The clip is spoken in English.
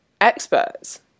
experts